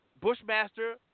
Bushmaster